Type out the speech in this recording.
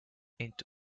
into